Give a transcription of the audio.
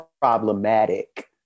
problematic